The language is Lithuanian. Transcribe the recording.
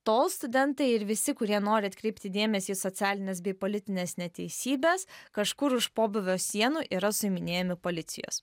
tol studentai ir visi kurie nori atkreipti dėmesį į socialines bei politines neteisybes kažkur už pobūvio sienų yra suiminėjami policijos